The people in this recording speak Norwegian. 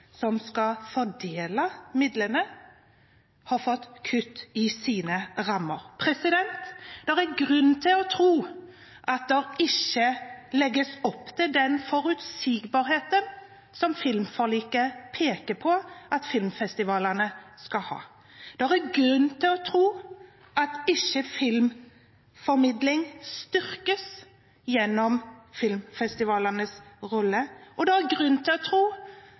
som skal fordele midlene, har fått kutt i sine rammer. Det er grunn til å tro at det ikke legges opp til den forutsigbarheten som filmforliket peker på at filmfestivalene skal ha. Det er grunn til å tro at ikke filmformidling styrkes gjennom filmfestivalenes rolle, og det er grunn til å tro